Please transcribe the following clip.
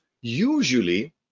usually